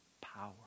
power